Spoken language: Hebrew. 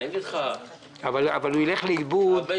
פנייה מס' 104 משרד הביטחון.